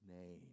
name